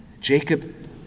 Jacob